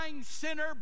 sinner